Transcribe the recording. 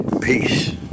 Peace